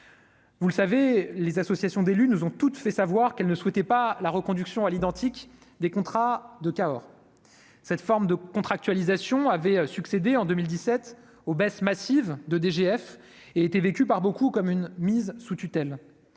Vous le savez, les associations d'élus nous ont toutes fait savoir qu'elle ne souhaitait pas la reconduction à l'identique des contrats de Cahors, cette forme de contractualisation avait succédé en 2017 oh baisse massive de DGF et était vécue par beaucoup comme une mise sous tutelle,